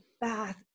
bath